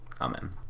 Amen